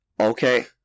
Okay